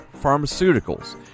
Pharmaceuticals